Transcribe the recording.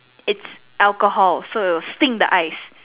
its alcohol so it will stings the eyes